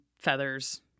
feathers